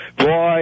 Boy